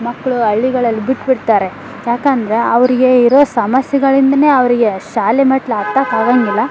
ಮಕ್ಕಳು ಹಳ್ಳಿಗಳಲ್ ಬಿಟ್ಟುಬಿಡ್ತಾರೆ ಏಕಂದ್ರೆ ಅವರಿಗೆ ಇರೋ ಸಮಸ್ಯೆಗಳಿಂದಲೇ ಅವ್ರಿಗೆ ಶಾಲೆ ಮೆಟ್ಲು ಹತ್ತಕ್ಕಾಗಂಗಿಲ್ಲ